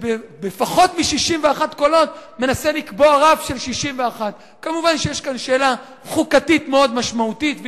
בפחות מ-61 קולות מנסה לקבוע רף של 61. כמובן שיש כאן שאלה חוקתית מאוד משמעותית,